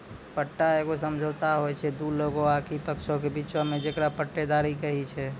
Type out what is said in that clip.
पट्टा एगो समझौता होय छै दु लोगो आकि पक्षों के बीचो मे जेकरा पट्टेदारी कही छै